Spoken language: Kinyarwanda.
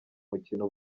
mukino